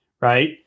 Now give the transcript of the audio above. right